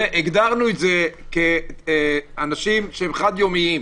הגדרנו את זה כאנשים חד-יומיים,